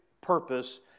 purpose